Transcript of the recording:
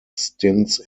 stints